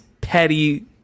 petty